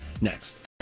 Next